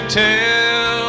tell